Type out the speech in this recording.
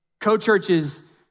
Co-churches